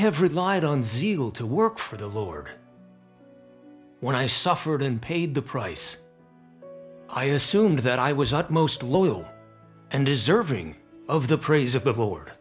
have relied on zeal to work for the lower when i suffered and paid the price i assumed that i was not most loyal and deserving of the praise of the bor